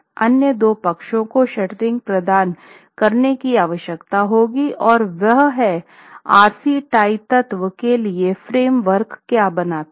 अन्य दो पक्षों को शटरिंग प्रदान करने की आवश्यकता होगी और वह है आरसी टाई तत्व के लिए फॉर्मवर्क क्या बनाता है